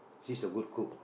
she's a good cook